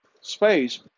space